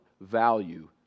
value